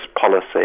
policy